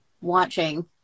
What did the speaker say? watching